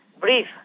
brief